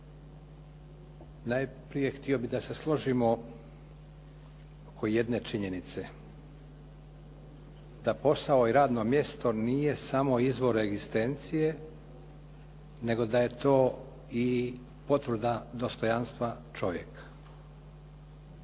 Najprije htio bih da se složimo oko jedne činjenice da posao i radno mjesto nije samo izvor egzistencije, nego da je to i potvrda dostojanstva čovjeka.